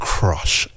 crush